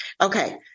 okay